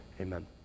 Amen